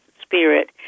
spirit